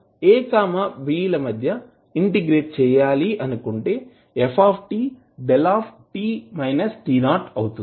మనం a b ల మధ్య ఇంటిగ్రేట్ చేయాలి అనుకుంటే f 𝞭 అవుతుంది